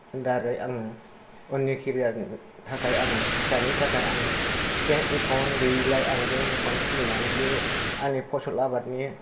दारै आङो उननि केरियारनि थाखाय आङो फिसानि थाखाय आङो बेंक एकाउन्ट गैयिलाय आं बेंक एकाउन्ट खुलिनानै आंनि फसल आबादनि